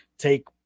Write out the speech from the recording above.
take